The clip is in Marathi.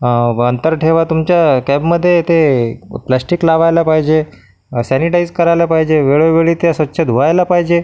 अंतर ठेवा तुमच्या कॅबमध्ये ते प्लास्टिक लावायला पाहिजे सॅनिटाईझ करायला पाहिजे वेळोवेळी ते स्वच्छ धुवायला पाहिजे